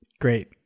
Great